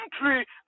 country